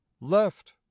Left